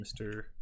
Mr